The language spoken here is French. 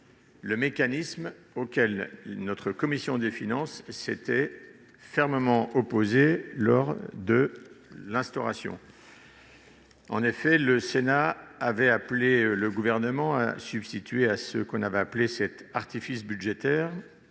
le mécanisme auquel notre commission des finances s'était fermement opposée lors de son instauration. En effet, le Sénat avait appelé le Gouvernement à substituer à ce que l'on avait qualifié d'artifice budgétaire